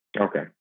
Okay